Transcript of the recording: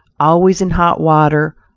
always in hot water,